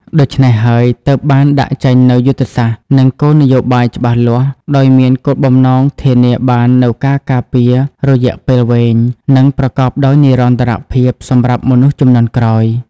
ដូច្នេះហើយ ទើបបានដាក់ចេញនូវយុទ្ធសាស្ត្រ និងគោលនយោបាយច្បាស់លាស់ ដោយមានគោលបំណងធានាបាននូវការការពាររយៈពេលវែង និងប្រកបដោយនិរន្តរភាពសម្រាប់មនុស្សជំនាន់ក្រោយ។